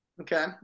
okay